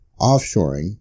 Offshoring